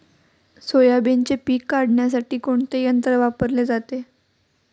सोयाबीनचे पीक काढण्यासाठी कोणते यंत्र वापरले जाते?